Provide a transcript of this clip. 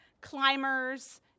climbers